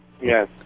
Yes